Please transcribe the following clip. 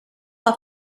off